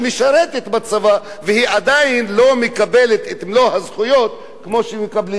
בצבא והיא עדיין לא מקבלת את מלוא הזכויות כמו שמקבלים היהודים.